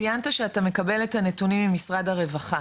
ציינת שאתה מקבל את הנתונים ממשרד הרווחה?